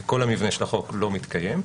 וכל המבנה של החוק לא מתקיים,